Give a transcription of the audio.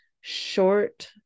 short